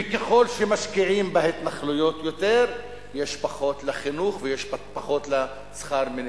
וככל שמשקיעים יותר בהתנחלויות יש פחות לחינוך ופחות לשכר המינימום.